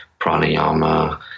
Pranayama